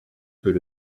peut